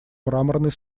мраморный